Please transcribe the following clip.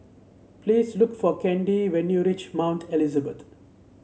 please look for Candi when you reach Mount Elizabeth